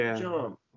jump